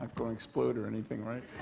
to explode or anything, right?